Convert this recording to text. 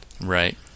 Right